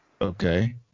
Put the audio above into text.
Okay